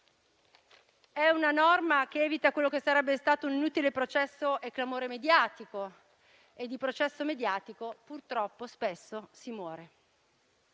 È una norma che evita quello che sarebbe stato un inutile processo e clamore mediatico, e di processo mediatico purtroppo spesso si muore.